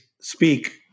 speak